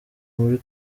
muri